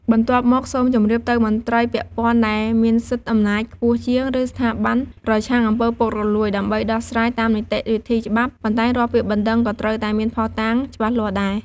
បន្ទាប់មក សូមជម្រាបទៅមន្រ្តីពាក់ព័ន្ធ ដែលមានសិទ្ធិអំណាចខ្ពស់ជាង ឬស្ថាប័នប្រឆាំងអំពើពុករលួយ ដើម្បីដោះស្រាយតាមនីតិវិធីច្បាប់ ប៉ុន្តែរាល់ពាក្យបណ្ដឹងក៏ត្រូវតែមានភស្តុតាងច្បាស់លាស់ដែរ។